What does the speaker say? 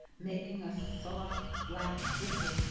making a soft black drizzle,